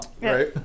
right